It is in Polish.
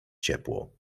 ciepło